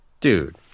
Dude